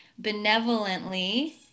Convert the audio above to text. benevolently